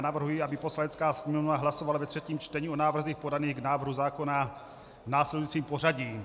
Navrhuji, aby Poslanecká sněmovna hlasovala ve třetím čtení o návrzích podaných k návrhu zákona v následujícím pořadí.